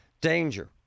danger